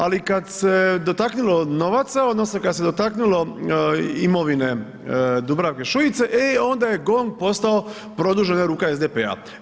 Ali kada se dotaknulo novaca, odnosno kad se dotaknulo imovine Dubravke Šuiće e onda je GONG postao produžena ruka SDP-a.